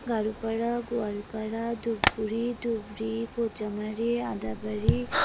Garupara Goalpara Dhupguri Dhubri Kochamari Adabari